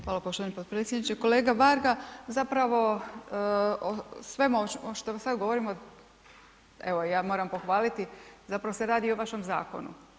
Hvala poštovani podpredsjedniče, kolega Varga zapravo o svemu ovo što sad govorimo, evo ja moram pohvaliti, zapravo se radi i o vašem zakonu.